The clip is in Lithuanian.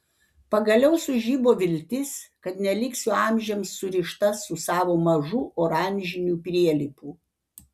pagaliau sužibo viltis kad neliksiu amžiams surišta su savo mažu oranžiniu prielipu